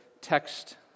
text